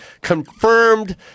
confirmed